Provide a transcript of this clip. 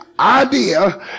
idea